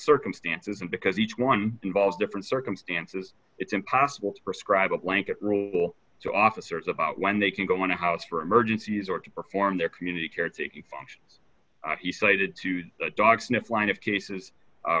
circumstances and because each one involved different circumstances it's impossible to prescribe a blanket rule to officers about when they can go on a house for emergencies or to perform their community caretaking function he cited to the dog sniff line of cases